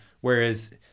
whereas